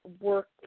work